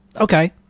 okay